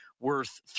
worth